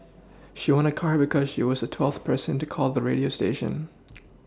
she won a car because she was the twelfth person to call the radio station